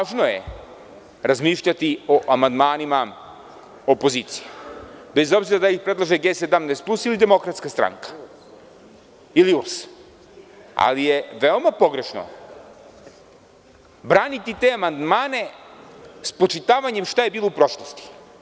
Važno je razmišljati o amandmanima opozicije, bez obzira da li ih predlažu G 17 plus, ili DS, ili URS, ali je veoma pogrešno braniti te amandmane spočitavanjem šta je bilo u prošlosti.